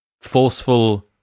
forceful